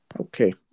Okay